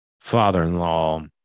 father-in-law